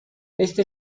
este